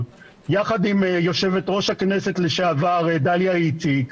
יחד עם יושבת-ראש הכנסת לשעבר דליה איציק.